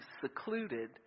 secluded